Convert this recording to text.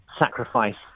Sacrifice